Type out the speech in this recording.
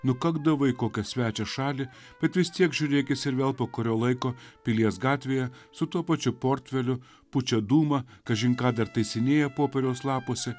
nukakdavo į kokią svečią šalį bet vis tiek žiūrėk ir vėl po kurio laiko pilies gatvėje su tuo pačiu portfeliu pučia dūmą kažin ką dar taisinėja popieriaus lapuose